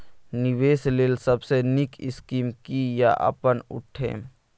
निवेश लेल सबसे नींक स्कीम की या अपन उठैम?